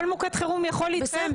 כל מוקד חירום יכול להתקיים,